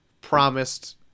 promised